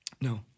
no